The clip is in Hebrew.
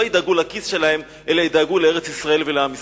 ידאגו לכיס שלהם אלא ידאגו לארץ-ישראל ולעם ישראל?